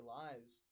lives